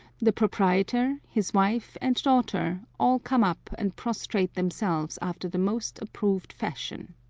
the proprietor, his wife, and daughter, all come up and prostrate themselves after the most approved fashion.